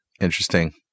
Interesting